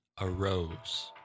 arose